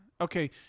okay